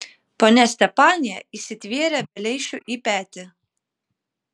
ponia stepanija įsitvėrė beleišiui į petį